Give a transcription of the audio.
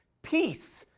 peace.